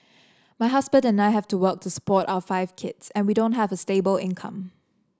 my husband and I have to work to support our five kids and we don't have a stable income